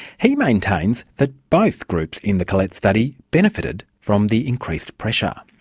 he maintains that both groups in the collet study benefited from the increased pressure.